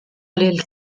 lil